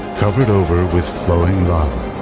covered over with flowing lava.